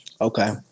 Okay